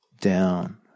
down